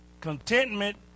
contentment